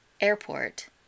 Airport